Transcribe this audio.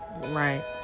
Right